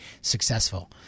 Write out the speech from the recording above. successful